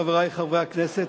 חברי חברי הכנסת,